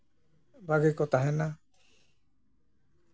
ᱵᱷᱟᱜᱮ ᱠᱚ ᱛᱟᱦᱮᱱᱟ